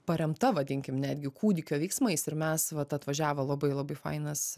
paremta vadinkim netgi kūdikio veiksmais ir mes vat atvažiavo labai labai fainas